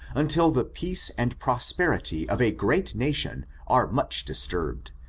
until the peace and prosperity of a great nation are much disturbed,